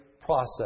process